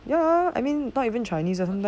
ya I mean not even chinese